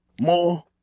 more